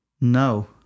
No